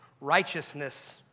Righteousness